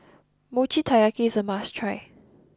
Mochi Taiyaki is a must try